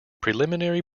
preliminary